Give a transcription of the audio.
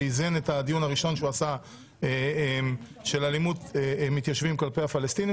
שאיזן את הדיון הראשון שהוא עשה של אלימות מתיישבים כלפי הפלסטינים,